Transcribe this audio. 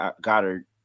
Goddard